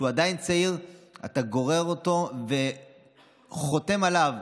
בושה וחרפה.